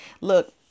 Look